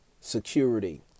security